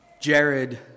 Jared